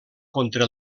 contra